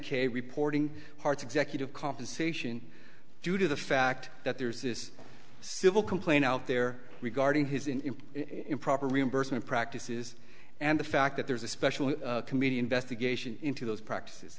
k reporting parts executive compensation due to the fact that there's this civil complaint out there regarding his in improper reimbursement practices and the fact that there's a special committee investigation into those practices